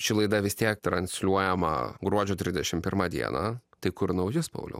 ši laida vis tiek transliuojama gruodžio tridešim pirmą dieną tai kur naujus pauliau